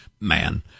man